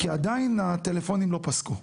כי עדיין הטלפונים לא פסקו,